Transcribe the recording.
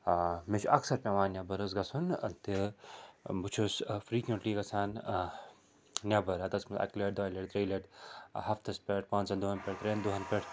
آ مےٚ چھُ اَکثر پٮ۪وان نٮ۪بر حظ گژھُن تہٕ بہٕ چھُس فرٛیٖکونٹلی گژھان نٮ۪بر رٮ۪تس منٛز اکہِ لَٹہِ دۄیہِ لَٹہِ ترٛیہِ لَٹہِ ہفتَس پٮ۪ٹھ پانٛژَن دۄہَن پٮ۪ٹھ ترٛٮ۪ن دۄہَن پٮ۪ٹھ